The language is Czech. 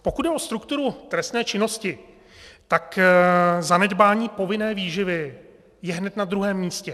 Pokud jde o strukturu v trestné činnosti, tak zanedbání povinné výživy je hned na druhém místě.